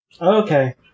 Okay